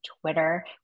twitter